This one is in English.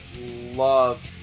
love